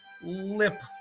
lip